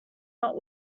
not